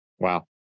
Wow